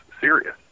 serious